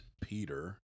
Peter